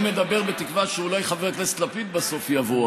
אני מדבר בתקווה שאולי חבר הכנסת לפיד בסוף יבוא.